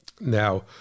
Now